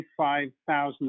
25,000